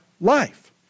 life